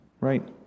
Right